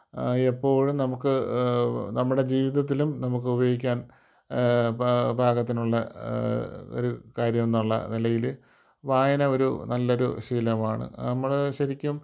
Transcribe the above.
എപ്പോഴും നമുക്ക് നമ്മുടെ ജീവിതത്തിലും നമുക്ക് ഉപയോഗിക്കാൻ പാകത്തിനുള്ള ഒരു കാര്യം എന്നുള്ള നിലയിൽ വായന ഒരു നല്ലൊരു ശീലമാണ് നമ്മൾ ശരിക്കും